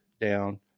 down